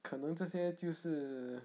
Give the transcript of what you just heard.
可能这些就是